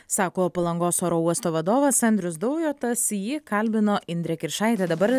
sako palangos oro uosto vadovas andrius daujotas jį kalbino indrė kiršaitė dabar